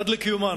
עד לקיומן,